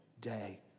day